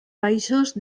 baixos